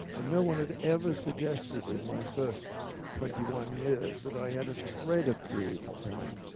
and no one had ever suggested, in my first twenty one years, that i had a shred of creative talent.